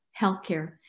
healthcare